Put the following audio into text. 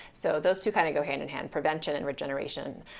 so those two kind of go hand in hand. prevention and regeneration,